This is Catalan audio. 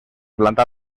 plantar